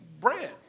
bread